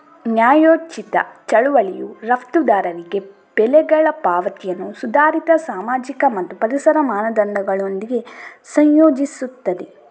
ನ್ಯಾಯೋಚಿತ ಚಳುವಳಿಯು ರಫ್ತುದಾರರಿಗೆ ಬೆಲೆಗಳ ಪಾವತಿಯನ್ನು ಸುಧಾರಿತ ಸಾಮಾಜಿಕ ಮತ್ತು ಪರಿಸರ ಮಾನದಂಡಗಳೊಂದಿಗೆ ಸಂಯೋಜಿಸುತ್ತದೆ